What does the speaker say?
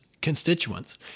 constituents